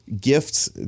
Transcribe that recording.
gifts